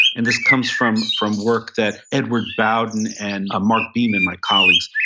and this comes from from work that edward bowden and mark beeman my colleagues,